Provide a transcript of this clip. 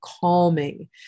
calming